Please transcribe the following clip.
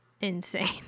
insane